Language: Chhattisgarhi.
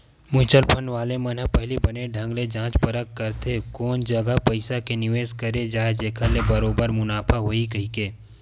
म्युचुअल फंड वाले मन ह पहिली बने ढंग ले जाँच परख करथे कोन जघा पइसा के निवेस करे जाय जेखर ले बरोबर मुनाफा होही कहिके